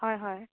হয় হয়